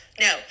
No